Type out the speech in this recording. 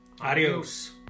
Adios